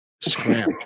scram